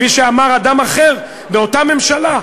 כפי שאמר אדם אחר באותה ממשלה,